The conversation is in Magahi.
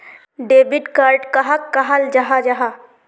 डेबिट कार्ड कहाक कहाल जाहा जाहा?